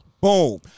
boom